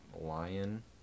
Lion